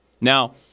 Now